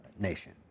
nation